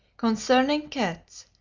concerning cats,